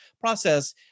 process